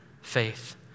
faith